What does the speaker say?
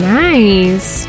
nice